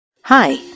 Hi